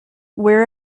where